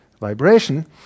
vibration